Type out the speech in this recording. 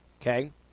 Okay